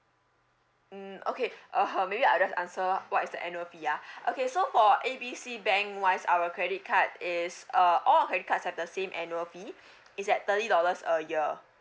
mm okay (uh huh) maybe I just answer what is the annual fee ah okay so for A B C bank wise our credit card is uh all our credit cards have the same annual fee is at thirty dollars a year